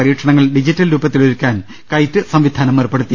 പരീക്ഷണങ്ങൾ ഡിജിറ്റൽ രൂപത്തിൽ ഒരുക്കാൻ കൈറ്റ് സംവിധാനമേർപ്പെടുത്തി